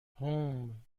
هومممم